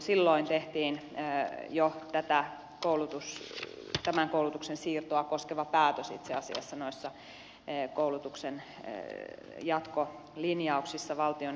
silloin jo tehtiin tämän koulutuksen siirtoa koskeva päätös itse asiassa noissa koulutuksen jatkolinjauksissa valtioneuvostotasoisesti